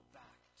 back